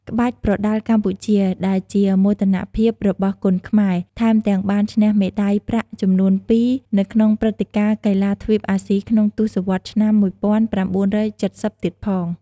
ក្បាច់ប្រដាល់កម្ពុជា ដែលជាមោទនភាពរបស់គុនខ្មែរ ថែមទាំងបានឈ្នះមេដាយប្រាក់ចំនួនពីរនៅក្នុងព្រឹត្តិការណ៍កីឡាទ្វីបអាស៊ីក្នុងទសវត្សរ៍ឆ្នាំ ១៩៧០ ទៀតផង។